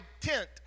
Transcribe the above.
tent